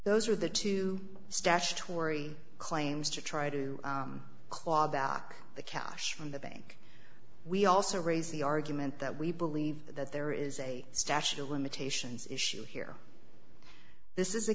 those are the two statutory claims to try to claw back the cash from the bank we also raise the argument that we believe that there is a stash of limitations issue here this is a